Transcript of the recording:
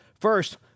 First